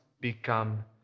become